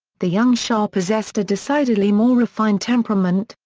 the young shah possessed a decidedly more refined temperament,